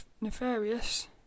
Nefarious